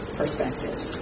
perspectives